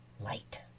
light